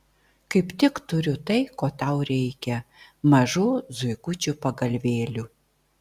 kaip tik turiu tai ko tau reikia mažų zuikučių pagalvėlių